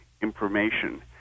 information